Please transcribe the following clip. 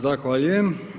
Zahvaljujem.